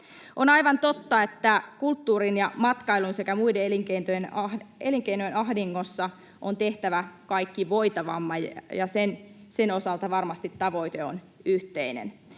On aivan totta, että kulttuurin ja matkailun sekä muiden elinkeinojen ahdingossa on tehtävä kaikki voitavamme, ja sen osalta varmasti tavoite on yhteinen.